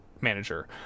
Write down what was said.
manager